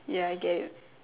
ya I get it